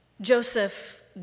Joseph